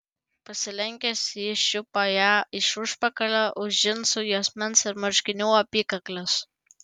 pasilenkęs jis čiupo ją iš užpakalio už džinsų juosmens ir marškinių apykaklės